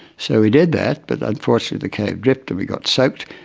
so we did that but unfortunately the cave dripped and we got soaked.